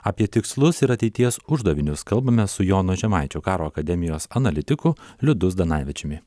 apie tikslus ir ateities uždavinius kalbamės su jono žemaičio karo akademijos analitiku liudu zdanavičiumi